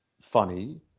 funny